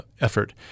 effort